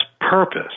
purpose